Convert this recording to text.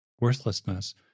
worthlessness